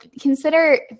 consider